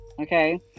okay